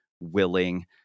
willing